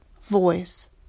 voice